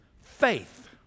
Faith